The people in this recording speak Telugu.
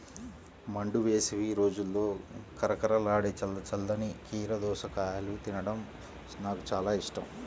మండు వేసవి రోజుల్లో కరకరలాడే చల్ల చల్లని కీర దోసకాయను తినడం నాకు చాలా ఇష్టం